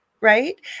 right